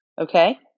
Okay